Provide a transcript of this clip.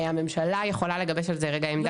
הממשלה יכולה לגבש על זה רגע עמדה,